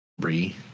Bree